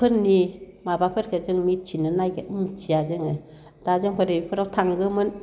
फोरनि माबाफोरखौ जों मिथिया जोङो दा जोंफोर बेफोराव थांगौमोन